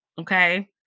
okay